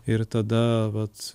ir tada vat